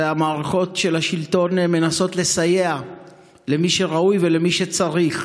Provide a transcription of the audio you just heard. והמערכות של השלטון מנסות לסייע למי שראוי ולמי שצריך.